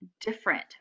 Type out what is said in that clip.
different